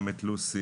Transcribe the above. גם את לוסי,